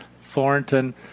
Thornton